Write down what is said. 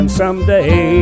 Someday